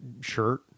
shirt